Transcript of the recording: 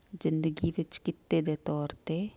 ਜ਼ਿੰਦਗੀ ਵਿੱਚ ਕਿੱਤੇ ਦੇ ਤੌਰ 'ਤੇ